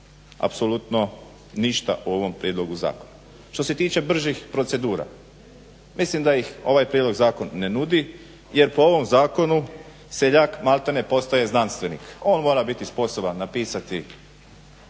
apsolutno ništa u ovom prijedlogu zakona. Što se tiče bržih procedura mislim da ih ovaj prijedlog zakona ne nudi jer po ovom zakonu seljak maltere postaje znanstvenik. On mora biti sposoban napisati